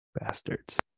Bastards